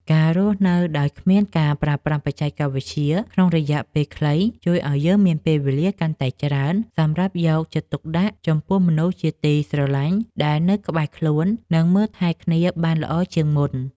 ការរស់នៅដោយគ្មានការប្រើប្រាស់បច្ចេកវិទ្យាក្នុងរយៈពេលខ្លីជួយឱ្យយើងមានពេលវេលាកាន់តែច្រើនសម្រាប់យកចិត្តទុកដាក់ចំពោះមនុស្សជាទីស្រឡាញ់ដែលនៅក្បែរខ្លួន និង មើលថែគ្នាបានល្អជាងមុន។